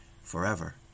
forever